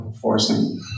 forcing